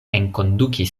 enkondukis